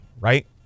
right